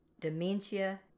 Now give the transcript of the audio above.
dementia